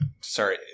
Sorry